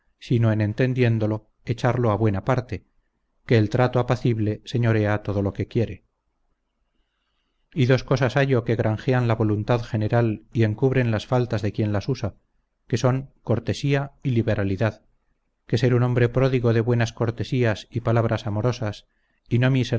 sino en entendiéndolo echarlo a buena parte que el trato apacible señorea todo lo que quiere y dos cosas hallo que granjean la voluntad general y encubren las faltas de quien las usa que son cortesía y liberalidad que ser un hombre pródigo de buenas cortesías y palabras amorosas